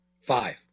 Five